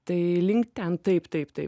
tai link ten taip taip taip